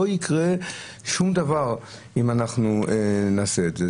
לא יקרה שום דבר אם נעשה את זה.